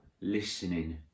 listening